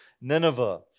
nineveh